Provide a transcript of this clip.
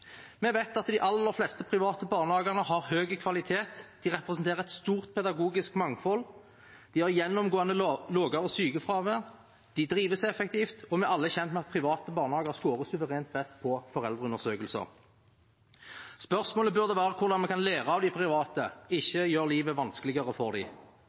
Vi vet at de aller fleste private barnehagene har høy kvalitet, de representerer et stort pedagogisk mangfold, de har gjennomgående lavere sykefravær, de drives effektivt, og vi er alle kjent med at private barnehager skårer suverent best på foreldreundersøkelser. Spørsmålet burde være hvordan vi kan lære av de private, ikke gjøre livet vanskeligere for dem. Venstresidens jakt på private aktører er skammelig. De